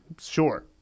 Sure